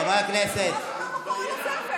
רבותיי חברי הכנסת, זבל.